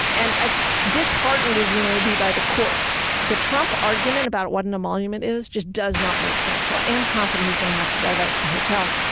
and as disheartened as you may be by the courts, the trump argument about what an emolument is just does not make sense. so i am confident he's gonna have to divest the hotel.